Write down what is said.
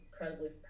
incredibly